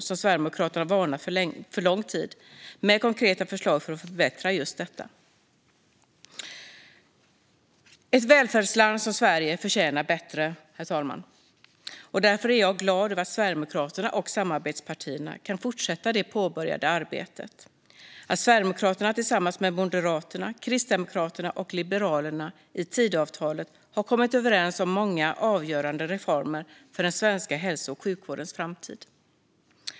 Sverigedemokraterna har varnat för den under lång tid och lagt fram konkreta förslag till förbättring. Ett välfärdsland som Sverige förtjänar bättre, herr talman. Därför är jag glad över att Sverigedemokraterna och samarbetspartierna kan fortsätta det påbörjade arbetet. Sverigedemokraterna har tillsammans med Moderaterna, Kristdemokraterna och Liberalerna i Tidöavtalet kommit överens om många avgörande reformer för den svenska hälso och sjukvårdens framtid.